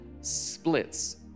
splits